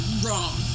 wrong